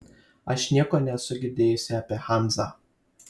aš nieko nesu girdėjusi apie hanzą